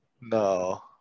No